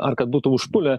ar kad būtų užpulę